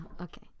Okay